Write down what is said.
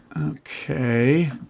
Okay